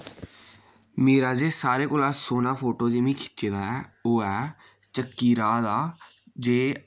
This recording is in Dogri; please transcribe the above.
मेरा जी सारें कोला सोह्ना फोटो जे मैं खिच्चे दा ऐ ओ ऐ चक्कीराह् दा जे